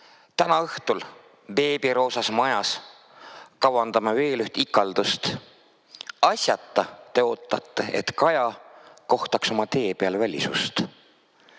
Täna õhtul beebiroosas majas kavandame veel üht ikaldust. Asjata te ootate, et Kaja kohtaks oma tee peal välisust.